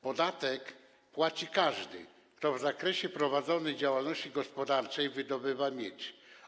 Podatek płaci każdy, kto w zakresie prowadzonej działalności gospodarczej wydobywa miedź.